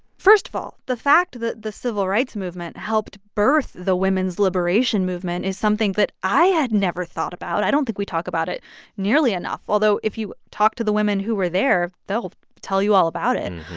first of all, the fact that the civil rights movement helped birth the women's liberation movement is something that i had never thought about. i don't think we talk about it nearly enough, although if you talk to the women who were there, they'll tell you all about it. and